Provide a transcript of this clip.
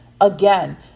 Again